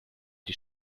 die